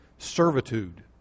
servitude